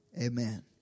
Amen